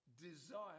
desire